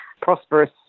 prosperous